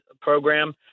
program